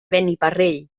beniparrell